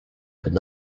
could